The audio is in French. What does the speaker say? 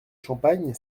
champagne